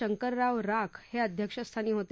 शंकरराव राख हे अध्यक्षस्थानी होते